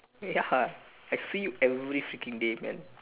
ya I see you every freaking day man